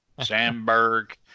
Sandberg